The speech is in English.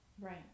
Right